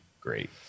great